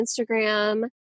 Instagram